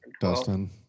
Dustin